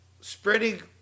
spreading